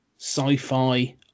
sci-fi